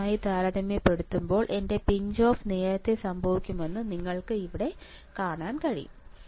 VGS മായി താരതമ്യപ്പെടുത്തുമ്പോൾ എന്റെ പിഞ്ച് ഓഫ് നേരത്തേ സംഭവിക്കുന്നത് നിങ്ങൾക്ക് ഇവിടെ കാണാൻ കഴിയും